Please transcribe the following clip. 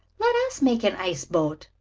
let us make an ice-boat,